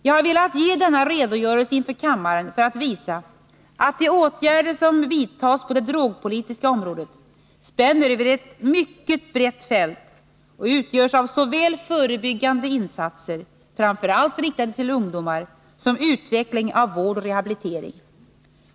Jag har velat lämna denna redogörelse inför kammaren för att visa att de åtgärder som vidtas på det drogpolitiska området spänner över ett mycket brett fält och utgörs av såväl förebyggande insatser — framför allt riktade till ungdomar — som utveckling av vård och rehabilitering.